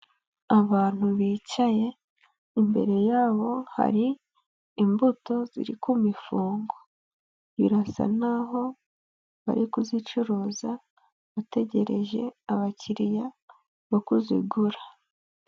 Abantu bicaye, imbere yabo hari imbuto ziri kumifungo, birasa n'aho bari kuzicuruza bategereje abakiriya bo kuzigura.